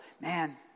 man